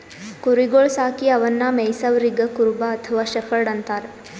ಕುರಿಗೊಳ್ ಸಾಕಿ ಅವನ್ನಾ ಮೆಯ್ಸವರಿಗ್ ಕುರುಬ ಅಥವಾ ಶೆಫರ್ಡ್ ಅಂತಾರ್